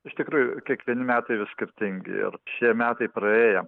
iš tikrųjų kiekvieni metai vis skirtingi ir šie metai praėjo